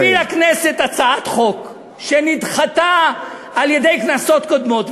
ומביא לכנסת הצעת חוק שנדחתה על-ידי כנסות קודמות,